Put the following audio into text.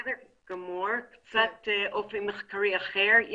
קצת אופי מחקרי אחר.